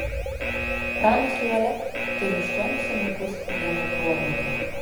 pranas liuolia turi aštuonis anūkus vieną proanūkę